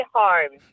home